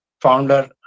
Founder